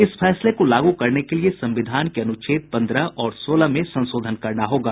इस फैसले को लागू करने के लिए संविधान के अनुच्छेद पन्द्रह और सोलह में संशोधन करना होगा